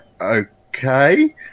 okay